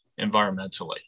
environmentally